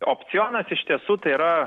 opcionas iš tiesų tai yra